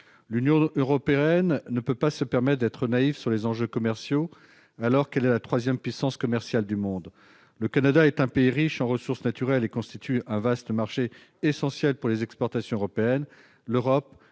L'Union européenne ne peut se permettre d'être naïve sur les enjeux commerciaux, alors qu'elle est la troisième puissance commerciale du monde. Le Canada est un pays riche en ressources naturelles et constitue un vaste marché, essentiel pour les exportations européennes. L'Europe